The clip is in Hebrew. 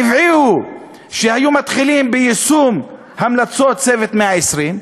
הטבעי הוא שהיו מתחילים ביישום המלצות "צוות 120 הימים",